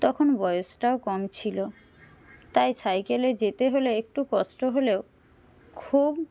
তখন বয়সটাও কম ছিল তাই সাইকেলে যেতে হলে একটু কষ্ট হলেও খুব